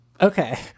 Okay